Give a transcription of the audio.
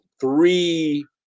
three